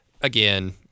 again